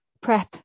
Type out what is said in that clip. prep